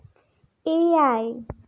ᱮᱭᱟᱭ